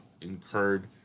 incurred